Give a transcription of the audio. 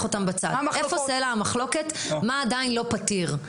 היכן סלע המחלוקת ומה עדיין לא פתיר?